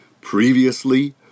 Previously